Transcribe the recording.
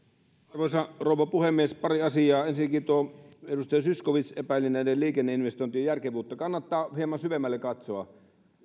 arvoisa rouva puhemies pari asiaa ensinnäkin edustaja zyskowicz epäili näiden liikenneinvestointien järkevyyttä kannattaa hieman syvemmälle katsoa